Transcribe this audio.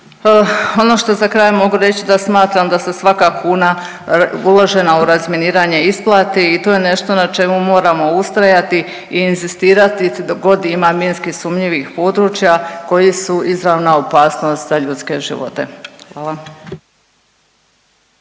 Ono što za kraj mogu reći da smatram, da se svaka kuna uložena u razminiranje isplati i to je nešto na čemu moramo ustrajati i inzistirati dok god ima minski sumnjivih područja koji su izravna opasnost za ljudske živote. Hvala.